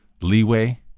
leeway